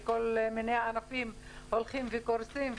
וכל מיני ענפים הולכים וקורסים,